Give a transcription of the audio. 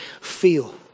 feel